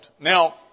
Now